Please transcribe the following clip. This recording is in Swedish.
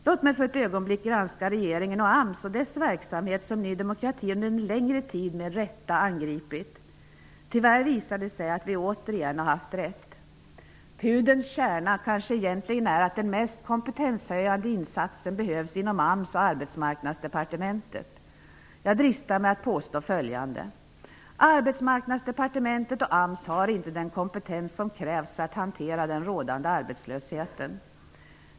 Låt mig för ett ögonblick granska regeringen och AMS och dess verksamhet som Ny demokrati under en längre tid med rätta angripit. Tyvärr visar det sig att vi återigen har haft rätt. Pudelns kärna kanske egentligen är att den mest kompetenshöjande insatsen behövs inom AMS och Jag dristar mig att påstå följande: Arbetsmarknadsdepartementet och AMS har inte den kompetens som krävs för att hantera den rådande arbetslösheten.